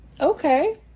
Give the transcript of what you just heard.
Okay